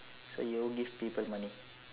so you'll give people money